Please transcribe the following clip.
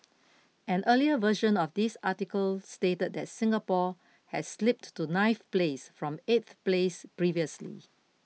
an earlier version of this article stated that Singapore had slipped to ninth place from eighth place previously